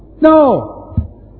No